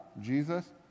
Jesus